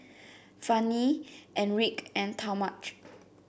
Fannye Enrique and Talmadge